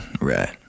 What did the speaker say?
right